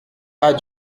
pas